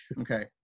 Okay